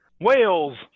Wales